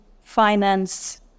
finance